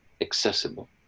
accessible